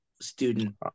student